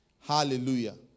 Hallelujah